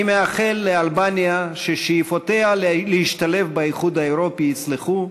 אני מאחל לאלבניה ששאיפותיה להשתלב באיחוד האירופי יתגשמו.